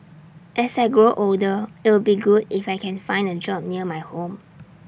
as I grow older it'll be good if I can find A job near my home